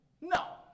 No